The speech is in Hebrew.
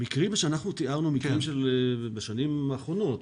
המקרים שאנחנו תיארנו, מקרים בשנים האחרונות.